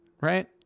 right